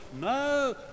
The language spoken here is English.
No